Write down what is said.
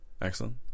excellent